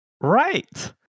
Right